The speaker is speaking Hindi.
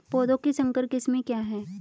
पौधों की संकर किस्में क्या हैं?